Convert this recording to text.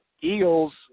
Eagles